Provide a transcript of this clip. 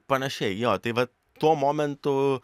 panašiai jo tai va tuo momentu